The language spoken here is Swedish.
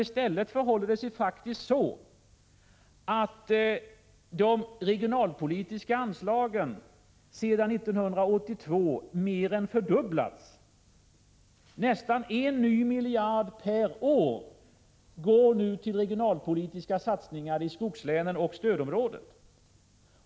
I stället förhåller det sig så att de regionalpolitiska anslagen har mer än = Prot. 1985/86:104 fördubblats sedan 1982. Nästan en ny miljard per år går nu till regionalpolitis — 1 april 1986 ka satsningar i skogslänen och stödområdet.